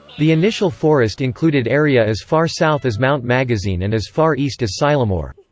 the initial forest included area as far south as mount magazine and as far east as sylamore.